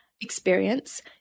experience